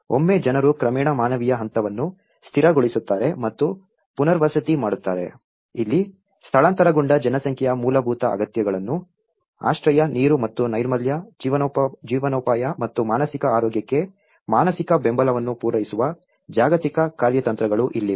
ಒಮ್ಮೆ ಜನರು ಕ್ರಮೇಣ ಮಾನವೀಯ ಹಂತವನ್ನು ಸ್ಥಿರಗೊಳಿಸುತ್ತಾರೆ ಮತ್ತು ಪುನರ್ವಸತಿ ಮಾಡುತ್ತಾರೆ ಇಲ್ಲಿ ಸ್ಥಳಾಂತರಗೊಂಡ ಜನಸಂಖ್ಯೆಯ ಮೂಲಭೂತ ಅಗತ್ಯಗಳನ್ನು ಆಶ್ರಯ ನೀರು ಮತ್ತು ನೈರ್ಮಲ್ಯ ಜೀವನೋಪಾಯ ಮತ್ತು ಮಾನಸಿಕ ಆರೋಗ್ಯಕ್ಕೆ ಮಾನಸಿಕ ಬೆಂಬಲವನ್ನು ಪೂರೈಸುವ ಜಾಗತಿಕ ಕಾರ್ಯತಂತ್ರಗಳು ಇಲ್ಲಿವೆ